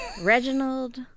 Reginald